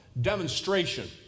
demonstration